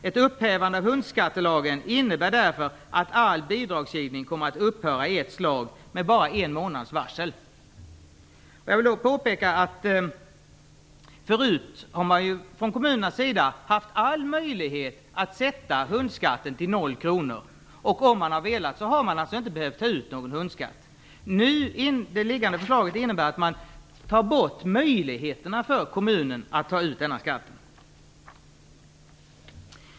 Ett upphävande av hundskattelagen innebär därför att all bidragsgivning kommer att upphöra i ett slag med bara en månads varsel. Förut har man från kommunernas sida haft alla möjligheter att sätta en hundskatt på 0 kr. Om man så velat har man alltså inte behövt ta ut någon hundskatt. Föreliggande förslag innebär i stället att man fråntar kommunerna möjligheten att ta ut denna skatt.